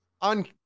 on